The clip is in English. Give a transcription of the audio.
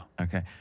Okay